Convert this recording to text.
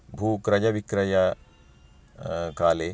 भूक्रयविक्रय काले